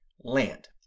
land